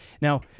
Now